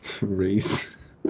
Race